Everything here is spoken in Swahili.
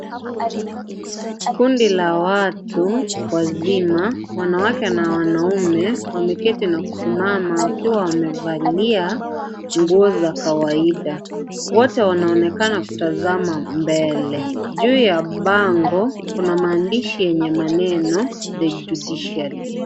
Kundi la watu wazima wanawake na wanaume wameketi na kusimama wakiwa wamevalia nguo za kawaida, wote wanaonekana kutazama mbele, juu ya bango kuna maandishi yenye maneno The Judiciary .